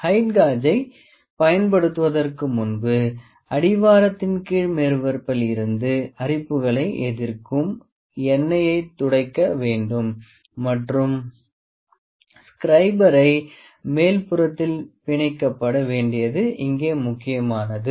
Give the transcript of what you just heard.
height காஜை பயன்படுத்துவதற்கு முன்பு அடிவாரத்தின் கீழ் மேற்பரப்பில் இருந்து அரிப்புக்களை எதிர்க்கும் எண்ணெயைத் துடைக்க வேண்டும் மற்றும் ஸ்க்ரைபரை மேல்புறத்தில் பிணைக்கப்பட வேண்டியது இங்கே முக்கியமானது